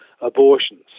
abortions